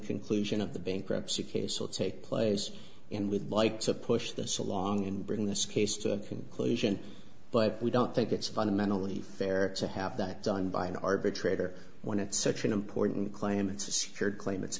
conclusion of the bankruptcy case will take place in we'd like to push this along and bring this case to a conclusion but we don't think it's fundamentally fair to have that done by an arbitrator when it's such an important claim it's a secured claim it's